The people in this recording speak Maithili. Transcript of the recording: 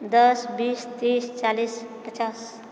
दश बीस तीस चालीस पचास